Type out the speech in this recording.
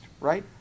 right